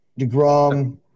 DeGrom